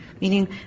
Meaning